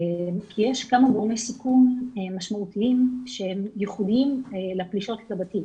כי יש כמה גורמי סיכון משמעותיים שהם ייחודיים לפלישות לבתים.